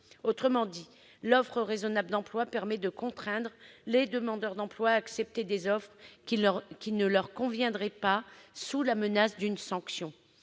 Autrement dit, l'offre raisonnable d'emploi permet de contraindre les demandeurs d'emploi à accepter des offres qui ne leur conviendraient pas, sous la menace d'une sanction.